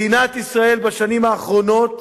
מדינת ישראל בשנים האחרונות